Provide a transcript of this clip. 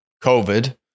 COVID